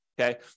okay